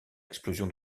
explosion